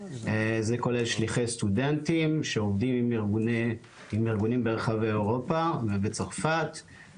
זה כולל שליחי סטודנטים שעובדים עם ארגונים ברחבי אירופה ובצרפת.